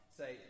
say